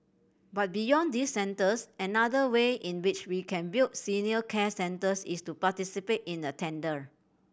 but beyond these centres another way in which we can build senior care centres is to participate in a tender